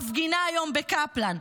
מפגינה היום בקפלן,